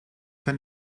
dein